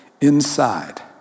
inside